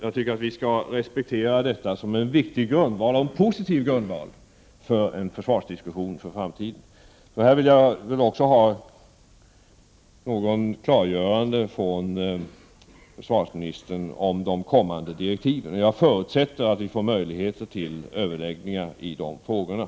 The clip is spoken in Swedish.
Jag tycker att vi skall respektera detta som en viktig och positiv grundval för en försvarsdiskussion inför framtiden. Jag vill här ha ett klargörande från försvarsministern om de kommande direktiven. Jag förutsätter att vi får möjlighet till överläggningar i de här frågorna.